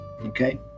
okay